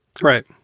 Right